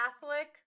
Catholic